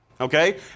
Okay